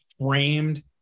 framed